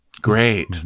great